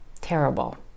terrible